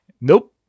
Nope